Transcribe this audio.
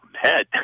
head